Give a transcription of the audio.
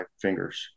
fingers